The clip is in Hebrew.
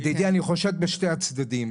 ידידי אני חושד בשתי הצדדים.